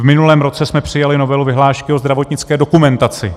V minulém roce jsme přijali novelu vyhlášky o zdravotnické dokumentaci.